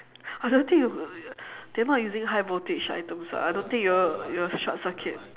I don't think you they're not using high voltage items ah I don't think you'll you'll short circuit